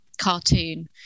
cartoon